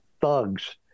thugs